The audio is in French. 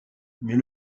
mais